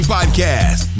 Podcast